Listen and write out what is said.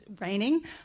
raining